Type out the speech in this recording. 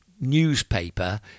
newspaper